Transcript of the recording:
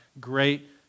great